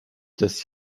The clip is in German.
dass